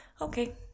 Okay